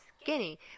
skinny